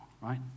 right